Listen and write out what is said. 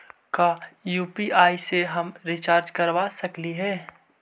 का यु.पी.आई से हम रिचार्ज करवा सकली हे?